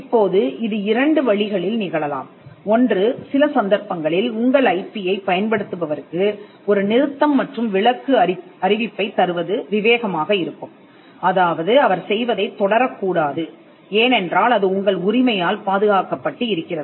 இப்போது இது இரண்டு வழிகளில் நிகழலாம்ஒன்று சில சந்தர்ப்பங்களில் உங்கள் ஐபி யைப் பயன்படுத்துபவருக்கு ஒரு நிறுத்தம் மற்றும் விலக்கு அறிவிப்பைத் தருவது விவேகமாக இருக்கும் அதாவது அவர் செய்வதைத் தொடரக்கூடாது ஏனென்றால் அது உங்கள் உரிமையால் பாதுகாக்கப்பட்டு இருக்கிறது